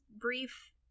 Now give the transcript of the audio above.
brief